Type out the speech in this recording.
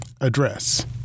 Address